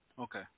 Okay